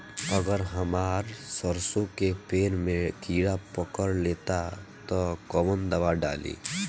अगर हमार सरसो के पेड़ में किड़ा पकड़ ले ता तऽ कवन दावा डालि?